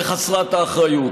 וחסרת האחריות.